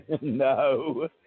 No